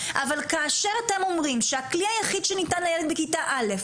אבל כאשר אתם אומרים שהכלי היחיד שניתן לילד בכיתה א'